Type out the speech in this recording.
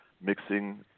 mixing